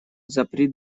запри